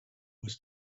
was